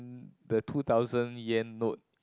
n~ the two thousand yen note